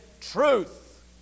truth